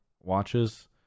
Watches